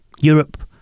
Europe